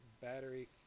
battery